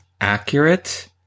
accurate